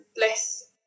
less